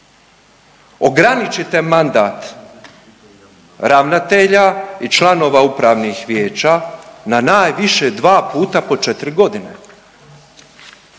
Ograničite mandat ravnatelja i članova upravnih vijeća na najviše dva puta po 4 godine.